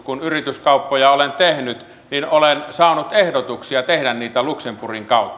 kun yrityskauppoja olen tehnyt niin olen saanut ehdotuksia tehdä niitä luxemburgin kautta